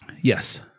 Yes